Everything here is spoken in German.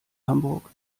hamburg